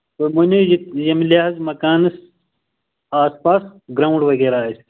تُہۍ مٲنِو یہِ ییٚمہِ لحاظ مکانَس آس پاس گرٛاوُنٛڈ وغیرہ آسہِ